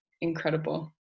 incredible